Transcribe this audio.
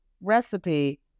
recipe